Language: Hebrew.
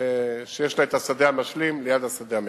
שיש לה השדה המשלים ליד השדה המרכזי.